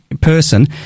person